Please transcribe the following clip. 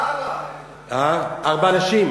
ארבע נשים?